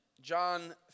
John